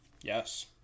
Yes